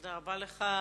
תודה רבה לך.